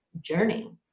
journey